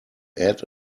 add